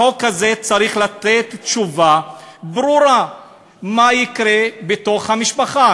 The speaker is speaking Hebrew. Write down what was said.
החוק הזה צריך לתת תשובה ברורה מה יקרה בתוך המשפחה.